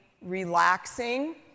relaxing